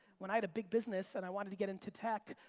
when i had a big business and i wanted to get into tech,